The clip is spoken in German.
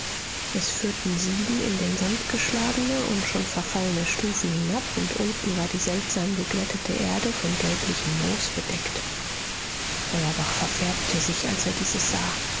es führten sieben in den sand geschlagene und schon verfallene stufen hinab und unten war die seltsam geglättete erde von gelblichem moos bedeckt feuerbach verfärbte sich als er dieses sah